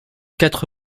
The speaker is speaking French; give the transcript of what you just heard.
quatre